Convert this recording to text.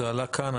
זה עלה כאן,